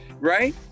right